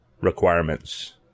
requirements